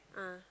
ah